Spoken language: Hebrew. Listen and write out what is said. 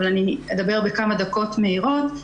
אבל אני אדבר בכמה דקות מהירות.